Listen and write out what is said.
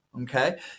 Okay